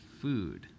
food